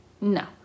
No